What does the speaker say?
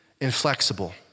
inflexible